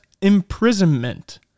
imprisonment